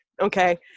Okay